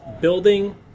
building